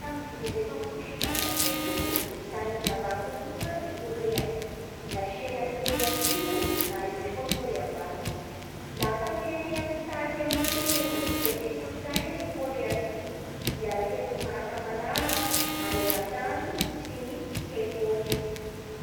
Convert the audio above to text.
Tamin'ny dimy amby efapolo sy sivanjato sy arivo ô da nizara ho roa i Kôrea: nasia ny Kôrea atsimo da nisy koa ny Kôrea avaratsy. Lasa firenena mpitarika amin'ny teknolojia sy kolotsaina i Kôrea atsimo miaraky amin'ny marika malaza maneran-tany sy ny kepôpy.